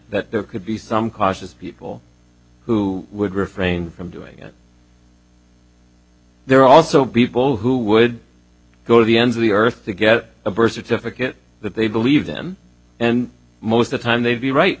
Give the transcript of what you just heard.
that there could be some cautious people who would refrain from doing it there are also people who would go to the ends of the earth to get a birth certificate that they believed him and most the time they'd be right